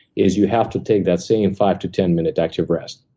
is you have to take that same five to ten minute active rest.